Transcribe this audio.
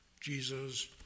Jesus